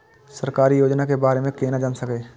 सरकारी योजना के बारे में केना जान से?